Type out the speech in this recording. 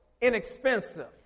inexpensive